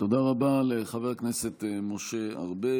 תודה רבה לחבר הכנסת משה ארבל.